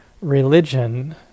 religion